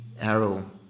arrow